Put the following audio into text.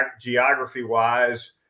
geography-wise